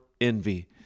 envy